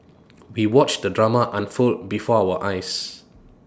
we watched the drama unfold before our eyes